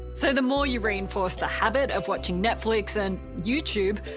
so the more you reinforce the habit of watching netflix and youtube,